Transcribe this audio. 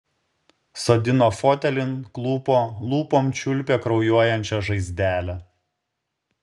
sodino fotelin klupo lūpom čiulpė kraujuojančią žaizdelę